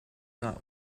not